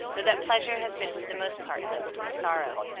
though that pleasure has been for the most part mingled with sorrow.